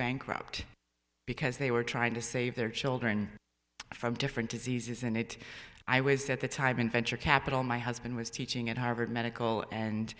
bankrupt because they were trying to save their children from different diseases and it i was at the time in venture capital my husband was teaching at harvard medical and